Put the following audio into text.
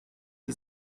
sie